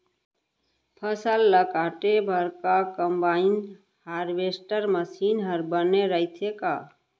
फसल ल काटे बर का कंबाइन हारवेस्टर मशीन ह बने रइथे का?